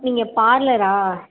நீங்கள் பார்லரா